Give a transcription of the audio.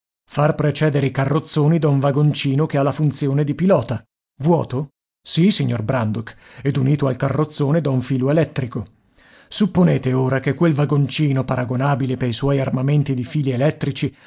far precedere i carrozzoni da un vagoncino che ha la funzione di pilota vuoto sì signor brandok ed unito al carrozzone da un filo elettrico supponete ora che quel vagoncino paragonabile pei suoi armamenti di fili elettrici